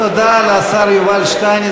תודה לשר יובל שטייניץ.